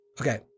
okay